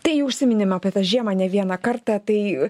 tai užsiminėme apie tą žiemą ne vieną kartą tai